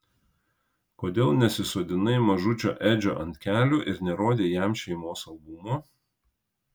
kodėl nesisodinai mažučio edžio ant kelių ir nerodei jam šeimos albumo